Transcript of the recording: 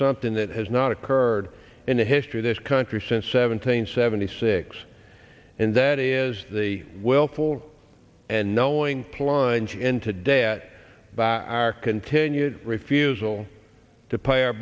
something that has not occurred in the history of this country since seventeen seventy six and that is the willful and knowing climbs into debt by our continued refusal to pay our